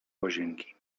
łazienki